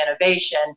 innovation